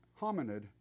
hominid